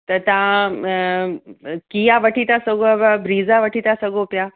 त तव्हां कीअं वठी था सघो व व ब्रीज़ा वठी था सघो पिया